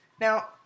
Now